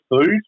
food